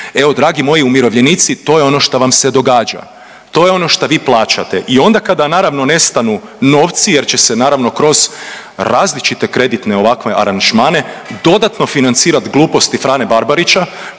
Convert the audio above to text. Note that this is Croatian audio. Evo dragi moji umirovljenici, to je ono šta vam se događa, to je ono šta vi plaćate i onda kada naravno nestanu novci jer će se naravno kroz različite kreditne ovakve aranžmane dodatno financirat gluposti Frane Barbarića